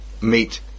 meet